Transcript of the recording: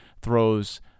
throws